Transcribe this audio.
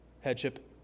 headship